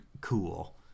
cool